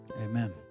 amen